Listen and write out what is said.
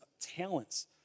talents